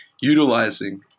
utilizing